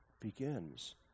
begins